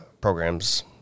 programs